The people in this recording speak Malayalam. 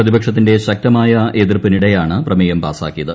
പ്രതിപക്ഷത്തിന്റെ ശക്തമായ എതിർപ്പിനിടെയാണ് പ്രമേയം പാസാക്കിയത്